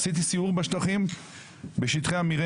עשיתי סיור בשטחי המרעה,